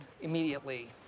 immediately